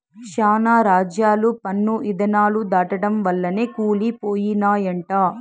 శానా రాజ్యాలు పన్ను ఇధానాలు దాటడం వల్లనే కూలి పోయినయంట